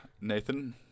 Nathan